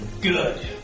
Good